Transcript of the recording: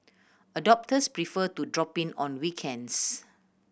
adopters prefer to drop in on weekends